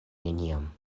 neniam